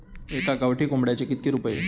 एका गावठी कोंबड्याचे कितके रुपये?